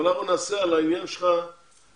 אנחנו נעשה על העניין שביקשת